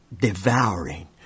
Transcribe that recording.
devouring